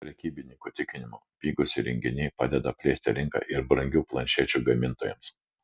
prekybininkų tikinimu pigūs įrenginiai padeda plėsti rinką ir brangių planšečių gamintojams